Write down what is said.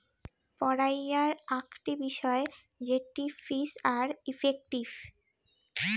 পড়াইয়ার আকটি বিষয় জেটটি ফিজ আর ইফেক্টিভ